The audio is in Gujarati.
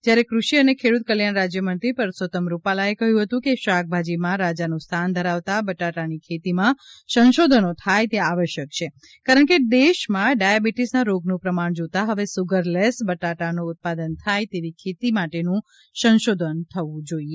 જ્યારે કૃષિ અને ખેડૂત કલ્યાણ રાજ્યમંત્રી પરસોતમ રૂપાલા એ કયું હતું કે શાકભાજીમાં રાજાનું સ્થાન ધરાવતા બટાટાની ખેતીમા સંશોધનો થાય તે આવશ્યક છે કારણ કે દેશમાં ડાયાબિટીસના રોગનું પ્રમાણ જોતા હવે સુગરલેસ બટાટાનું ઉત્પાદન થાય તેવી ખેતી માટેનુ સંશોધન થવું જોઈએ